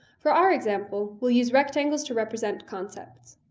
for our example, we'll use rectangles to represent concepts.